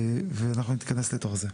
אז אנחנו נתכנס לתוך זה.